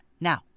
Now